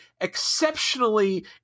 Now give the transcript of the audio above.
exceptionally